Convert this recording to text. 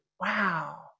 Wow